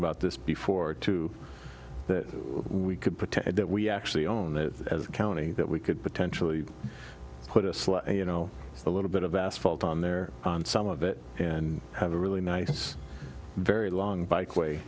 about this before too that we could protect that we actually own the county that we could potentially put a slot you know a little bit of asphalt on there on some of it and have a really nice very long bike way